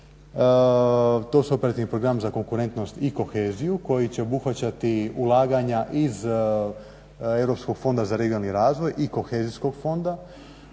To su operativni program za konkurentnost i koheziju koji će obuhvaćati ulaganja iz Europskog fonda za regionalni razvoj i kohezijskog fonda.